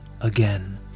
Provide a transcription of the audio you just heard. again